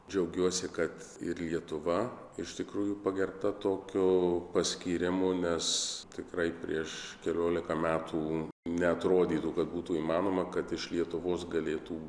džiaugiuosi kad ir lietuva iš tikrųjų pagerbta tokiu paskyrimu nes tikrai prieš keliolika metų neatrodytų kad būtų įmanoma kad iš lietuvos galėtų